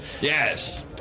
Yes